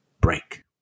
break